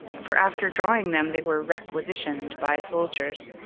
for after draw ing them they were requisitioned by soldiers,